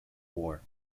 war